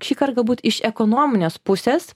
šįkart galbūt iš ekonominės pusės